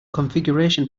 configuration